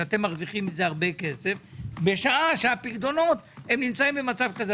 שאתם מרוויחם מזה הרבה כסף בשעה שהפיקדונות נמצאים במצב כזה.